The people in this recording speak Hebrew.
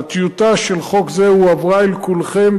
הטיוטה של חוק זה הועברה אל כולכם,